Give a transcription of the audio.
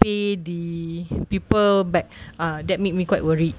pay the people back ah that made me quite worried